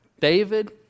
David